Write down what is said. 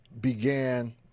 began